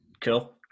cool